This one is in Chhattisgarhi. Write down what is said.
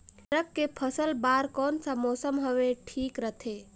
अदरक के फसल बार कोन सा मौसम हवे ठीक रथे?